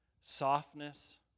softness